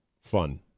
fun